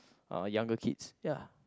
uh younger kids ya